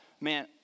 man